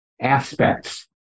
aspects